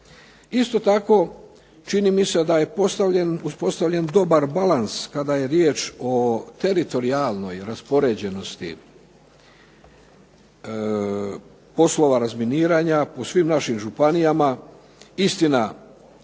Isto tako čini mi se da je postavljen, uspostavljen dobar balans kada je riječ o teritorijalnoj raspoređenosti poslova razminiranja po svim našim županijama, istina